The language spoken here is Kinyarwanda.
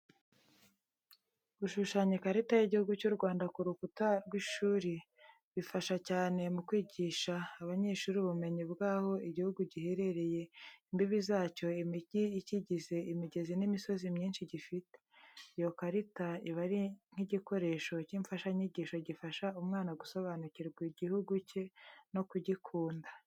Gushushanya ikarita y'Igihugu cy'u Rwanda ku rukuta rw'ishuri bifasha cyane mu kwigisha abanyeshuri ubumenyi bw'aho igihugu giherereye, imbibi zacyo, imijyi ikigize, imigezi n'imisozi myinshi gifite. Iyo karita iba ari nk'igikoresho cy'imfashanyigisho gifasha umwana gusobanukirwa igihugu cye no kugikunda.